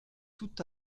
tout